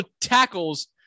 tackles